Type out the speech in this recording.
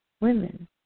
women